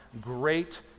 great